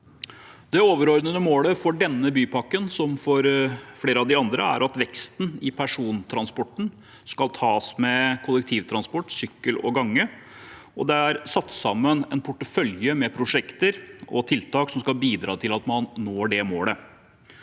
Det overordnede målet for denne bypakken, som for flere av de andre, er at veksten i persontransporten skal tas med kollektivtransport, sykkel og gange, og det er satt sammen en portefølje med prosjekter og tiltak som skal bidra til at man når det målet.